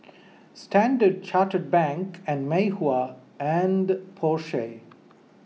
Standard Chartered Bank and Mei Hua and Porsche